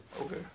Okay